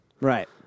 Right